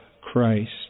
Christ